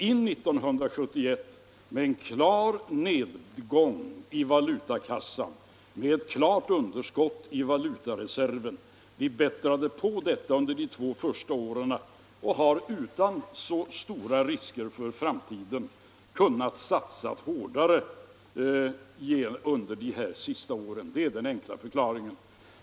År 1971 började med en klar nedgång i valutakassan och ett klart underskott i valutareserven. Vi bättrade på detta under åren 1971-1973 och har utan alltför stora risker för framtiden kunnat satsa hårdare under de senaste åren. Det är den enkla förklaringen.